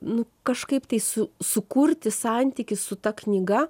nu kažkaip tai su sukurti santykį su ta knyga